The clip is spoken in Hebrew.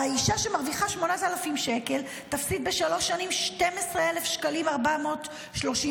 והאישה שמרוויחה 8,000 שקלים תפסיד בשלוש שנים 12,438 שקלים.